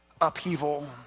upheaval